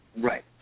Right